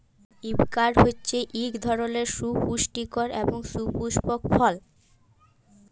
avocado হছে ইক ধরলের সুপুষ্টিকর এবং সুপুস্পক ফল